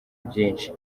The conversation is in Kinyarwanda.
byinshi